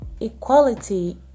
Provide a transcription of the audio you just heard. equality